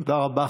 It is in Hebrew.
תודה רבה.